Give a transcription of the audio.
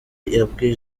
yabwiye